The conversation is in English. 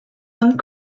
and